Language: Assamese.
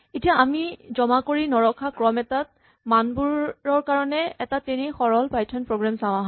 এতিয়া আমি জমা কৰি নৰখা ক্ৰম এটাত মানবোৰৰ কাৰণে এটা তেনেই সৰল পাইথন প্ৰগ্ৰেম চাওঁ আহাঁ